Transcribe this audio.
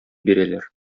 бирәләр